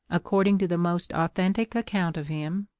according to the most authentic account of him,